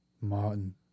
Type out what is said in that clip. Martin